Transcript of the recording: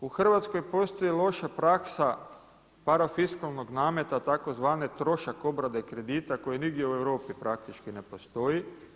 Također u Hrvatskoj postoji loša praksa parafiskalnog nameta tzv. trošak obrade kredita koji nigdje u Europi praktički ne postoji.